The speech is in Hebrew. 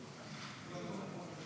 ההצעה להעביר את